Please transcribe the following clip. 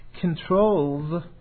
controls